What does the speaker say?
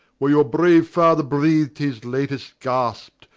where your braue father breath'd his latest gaspe,